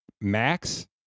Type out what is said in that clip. max